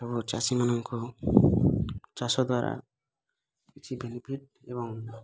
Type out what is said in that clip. ସବୁ ଚାଷୀମାନଙ୍କୁ ଚାଷ ଦ୍ୱାରା କିଛି ବେନିଫିଟ୍ ଏବଂ